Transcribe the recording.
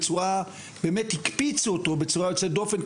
בצורה יוצאת דופן,